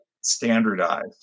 standardized